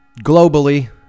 Globally